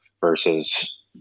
versus